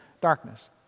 Darkness